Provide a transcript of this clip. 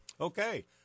Okay